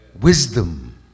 Wisdom